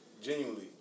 Genuinely